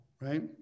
right